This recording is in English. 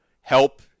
help